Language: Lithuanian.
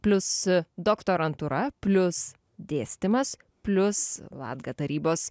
plius doktorantūra plius dėstymas plius latga tarybos